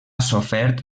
sofert